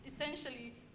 essentially